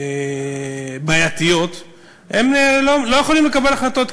בעייתיות לא יכולים לקבל החלטות,